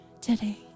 today